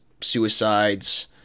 suicides